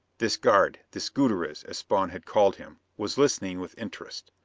this guard this gutierrez, as spawn had called him was listening with interest.